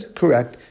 correct